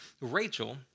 Rachel